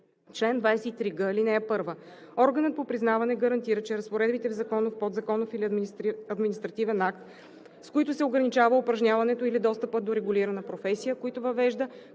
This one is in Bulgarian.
Чл. 23г. (1) Органът по признаване гарантира, че разпоредбите в законов, подзаконов или административен акт, с които се ограничава упражняването или достъпът до регулирана професия, които въвежда,